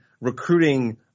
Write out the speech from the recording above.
recruiting